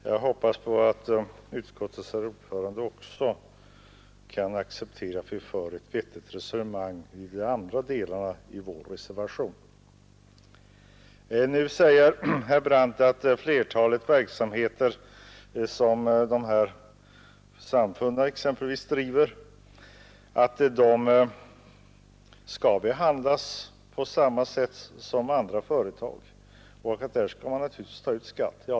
Jag hoppas att utskottets ordförande också kan acceptera att vi för ett vettigt resonemang i de andra delarna av vår reservation. Herr Brandt sade att flertalet verksamheter som samfunden bedriver skall behandlas på samma sätt som andra företag och därför skall betala skatt.